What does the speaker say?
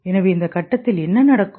எனவே இந்த கட்டத்தில் என்ன நடக்கும்